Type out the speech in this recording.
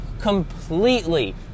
completely